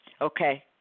okay